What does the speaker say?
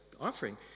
offering